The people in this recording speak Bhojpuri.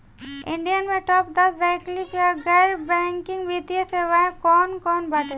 इंडिया में टाप दस वैकल्पिक या गैर बैंकिंग वित्तीय सेवाएं कौन कोन बाटे?